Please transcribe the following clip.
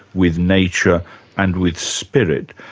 with nature and with spirit.